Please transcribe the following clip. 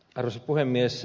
arvoisa puhemies